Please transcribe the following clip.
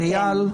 איל?